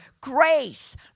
grace